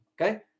Okay